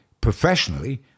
professionally